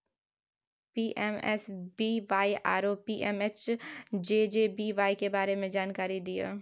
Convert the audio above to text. PMSBY आरो PMJJBY के बारे मे जानकारी दिय?